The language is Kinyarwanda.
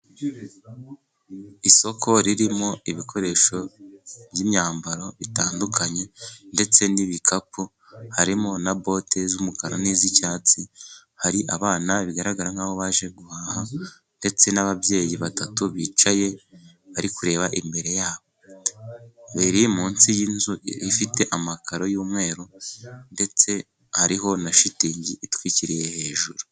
Isoko ririmo ibikoresho by'imyambaro bitandukanye, ndetse n'ibikapu. Harimo na bote z'umukara n'iz'icyatsi. Hari abana bigaragara nkaho baje guhaha, ndetse n'ababyeyi batatu bicaye bari kureba imbere yabo. Biri munsi y'inzu ifite amakaro y'umweru, ndetse hariho na shitingi itwikiriye hejuru.